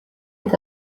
est